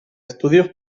estudios